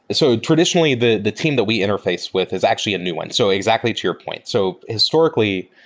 so traditionally, the the team that we interface with is actually a new one. so exactly to your point. so, historically,